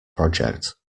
project